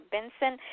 Benson